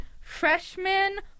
Freshman